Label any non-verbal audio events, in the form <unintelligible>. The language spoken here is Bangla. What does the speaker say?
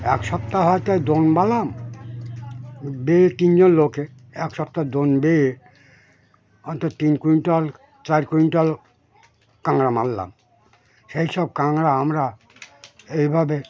এক সপ্তাহ হয়তো <unintelligible> বেয়ে তিনজন লোকে এক সপ্তাহ <unintelligible> বেয়ে অন্ত তিন কুইন্টাল চার কুইন্টাল কাঁকড়া মারলাম সেই সব কাঁকড়া আমরা এইভাবে